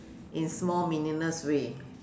in small meaningless way